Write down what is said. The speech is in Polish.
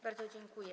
Bardzo dziękuję.